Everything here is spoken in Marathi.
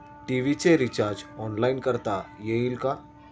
टी.व्ही चे रिर्चाज ऑनलाइन करता येईल का?